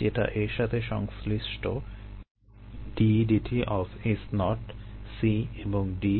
যেটা এর সাথে সংশ্লিষ্ট d dt of S0 C এবং D পাবার জন্য